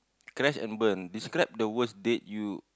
crash and burn describe the worst date you